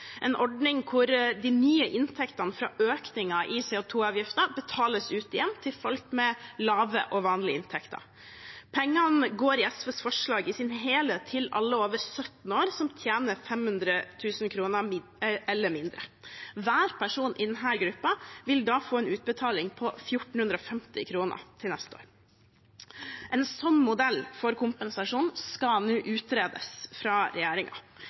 betales ut igjen til folk med lave og vanlige inntekter. Pengene går i SVs forslag i sin helhet til alle over 17 år som tjener 500 000 kr eller mindre. Hver person i denne gruppen vil da få en utbetaling på 1 450 kr til neste år. En sånn modell for kompensasjon skal nå utredes